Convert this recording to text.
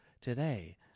today